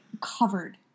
covered